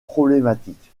problématique